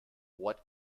what